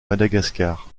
madagascar